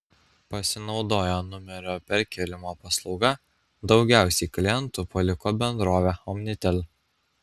pasinaudoję numerio perkėlimo paslauga daugiausiai klientų paliko bendrovę omnitel